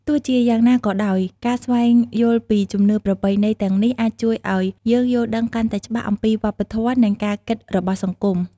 ទោះជាយ៉ាងណាក៏ដោយ ការស្វែងយល់ពីជំនឿប្រពៃណីទាំងនេះអាចជួយឱ្យយើងយល់ដឹងកាន់តែច្បាស់អំពីវប្បធម៌ និងការគិតរបស់សង្គម។